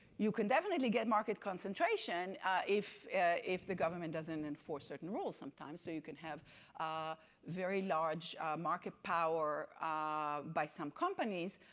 you can definitely get market concentration if if the government doesn't enforce certain rules sometimes. so you can have a very large market power by some companies.